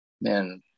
Man